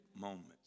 moments